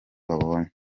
babonye